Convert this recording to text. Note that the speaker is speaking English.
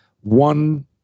one